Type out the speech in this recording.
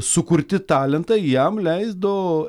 sukurti talentai jam leido